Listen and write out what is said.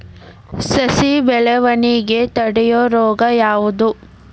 ಸಸಿ ಬೆಳವಣಿಗೆ ತಡೆಯೋ ರೋಗ ಯಾವುದು?